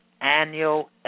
annual